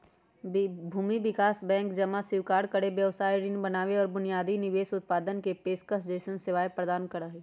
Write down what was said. भूमि विकास बैंक जमा स्वीकार करे, व्यवसाय ऋण बनावे और बुनियादी निवेश उत्पादन के पेशकश जैसन सेवाएं प्रदान करा हई